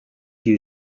you